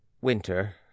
Winter